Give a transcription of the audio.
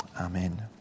Amen